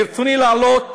ברצוני להעלות